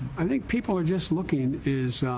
i think people are just looking, is